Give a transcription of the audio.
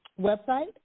website